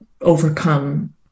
overcome